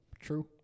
True